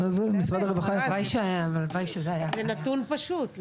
זה נתון פשוט,